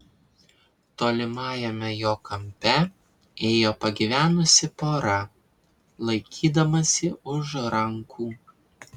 tolimajame jo kampe ėjo pagyvenusi pora laikydamasi už rankų